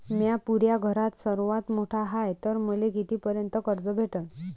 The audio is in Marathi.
म्या पुऱ्या घरात सर्वांत मोठा हाय तर मले किती पर्यंत कर्ज भेटन?